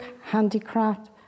handicraft